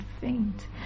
faint